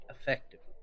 effectively